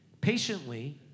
Patiently